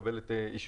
לקבל את אישורו.